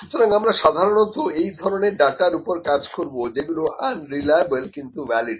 সুতরাং আমরা সাধারণত এই ধরনের ডাটার উপরে কাজ করব যেগুলো আন রিলায়েবল কিন্তু ভ্যালিড